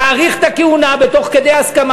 ולהאריך את הכהונה בהסכמה.